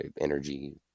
energy